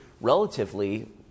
relatively